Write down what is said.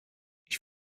ich